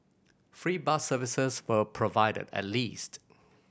free bus services were provided at least